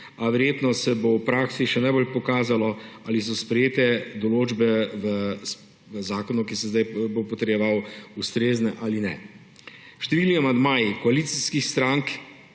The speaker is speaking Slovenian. a verjetno se bo v praksi še najbolj pokazalo, ali so sprejete določbe v zakonu, ki se bo zdaj potrjeval, ustrezne ali ne. Številni amandmaji koalicijskih strank,